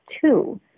two